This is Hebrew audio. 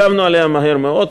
הגבנו עליה מהר מאוד,